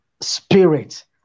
Spirit